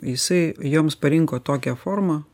jisai joms parinko tokią formą